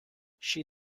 she